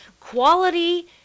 quality